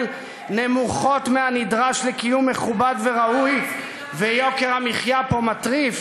נמוכות מהנדרש לקיום מכובד וראוי ויוקר המחיה פה מטריף,